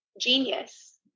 genius